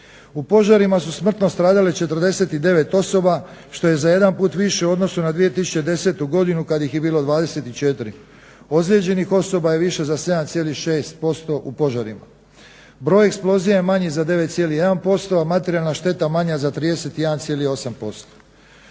U požarima su smrtno stradale 49 osoba što je za jedan put više u odnosu na 2010. godinu kad ih je bilo 24. Ozlijeđenih osoba je više za 7,6% u požarima. Broj eksplozija je manji za 9,1%, a materijalna šteta manja za 31,8%.